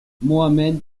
mohamed